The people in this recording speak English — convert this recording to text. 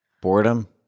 Boredom